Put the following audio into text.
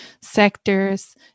sectors